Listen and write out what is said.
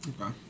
okay